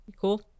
cool